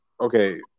okay